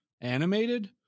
animated